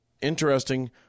interesting